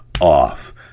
off